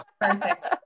Perfect